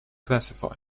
classify